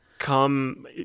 come